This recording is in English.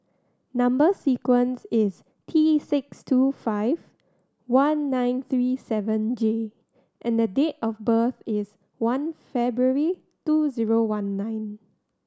number sequence is T six two five one nine three seven J and date of birth is one February two zero one nine